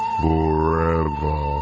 forever